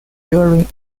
during